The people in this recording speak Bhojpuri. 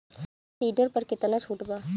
सुपर सीडर पर केतना छूट बा?